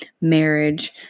marriage